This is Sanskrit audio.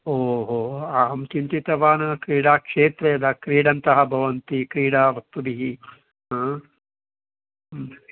ओ हो अहं चिन्तितवान् क्रीडाक्षेत्रे यदा क्रीडन्तः भवन्ति क्रीडा वस्तुभिः ह ह्म्